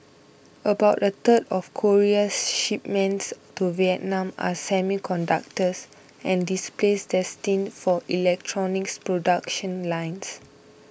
about a third of Korea's shipments to Vietnam are semiconductors and displays destined for electronics production lines